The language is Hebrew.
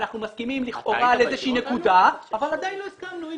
אנחנו מסכימים לכאורה לאיזושהי נקודה אבל עדיין לא הסכמנו.